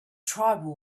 tribal